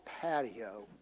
patio